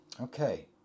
okay